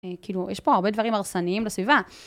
כאילו, יש פה הרבה דברים הרסניים בסביבה.